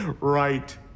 right